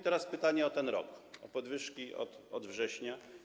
Teraz pytanie o ten rok, o podwyżki od września.